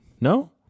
no